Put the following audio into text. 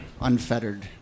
unfettered